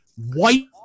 white